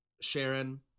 Sharon